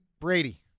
Brady